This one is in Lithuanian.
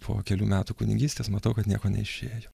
po kelių metų kunigystės matau kad nieko neišėjo